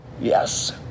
yes